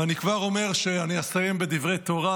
אני כבר אומר שאני אסיים בדברי תורה,